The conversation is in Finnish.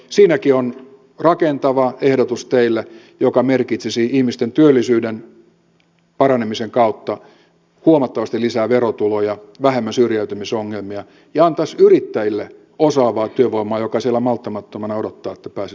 siinäkin on teille rakentava ehdotus joka merkitsisi ihmisten työllisyyden paranemisen kautta huomattavasti lisää verotuloja vähemmän syrjäytymisongelmia ja antaisi yrittäjille osaavaa työvoimaa joka siellä malttamattomana odottaa että pääsisi töihin